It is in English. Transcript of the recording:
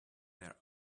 their